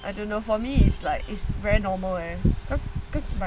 I don't know for me is like is very normal leh because because my my parents both